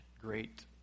great